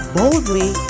boldly